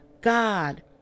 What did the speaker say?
God